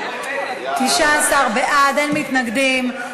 19 בעד, אין מתנגדים.